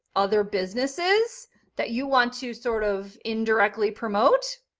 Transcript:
other businesses that you want to sort of indirectly promote,